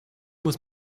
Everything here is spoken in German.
muss